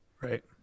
Right